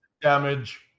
damage